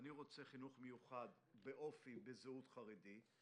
ואני רוצה חינוך מיוחד באופי ובזהות חרדית.